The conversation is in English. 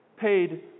paid